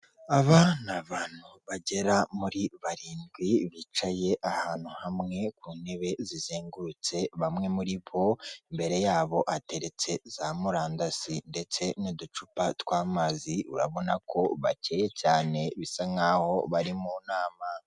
Aba ni abantu bagera muri barindwi, bicaye ahantu hamwe ku ntebe zizengurutse, bamwe muri bo imbere yabo hateretse za murandasi ndetse n'uducupa tw'amazi, urabona ko bakeye cyane, bisa nk'aho bari mu nama.